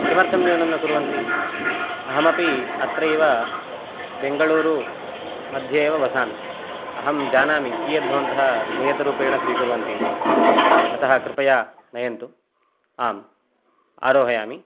किमर्थं न्यूनं न कुर्वन्ति अहमपि अत्रैव बेङ्गळूरुमध्ये एव वसामि अहं जानामि कियत् भवन्तः नियतरूपेण स्वीकुर्वन्ति इति अतः कृपया नयन्तु आम् आरोहयामि